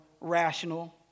rational